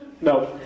No